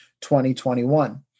2021